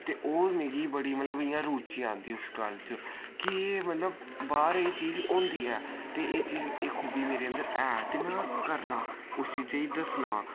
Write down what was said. ते और मिकी बड़ी मतलब इय्यां रूचि आंदी उस गल्ल च कि एह् मतलब बाह्र एह् चीज होंदी ऐ ते एह् चीज एह् खूबी मेरे अंदर है ते में करना उस चीजा ही दस्सना